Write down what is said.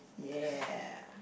yeah